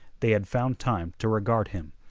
they had found time to regard him.